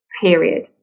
period